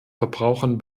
verbrauchern